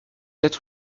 être